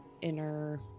inner